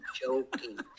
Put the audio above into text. joking